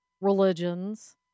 religions